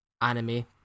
anime